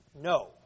No